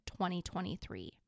2023